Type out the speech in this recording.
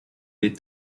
est